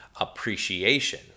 appreciation